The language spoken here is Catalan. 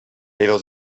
però